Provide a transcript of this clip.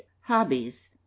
Hobbies